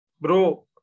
Bro